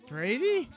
Brady